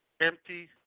empty